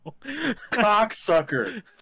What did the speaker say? Cocksucker